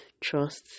trust